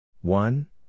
One